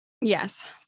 Yes